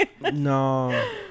no